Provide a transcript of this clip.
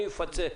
אני מפצה.